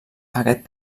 aquest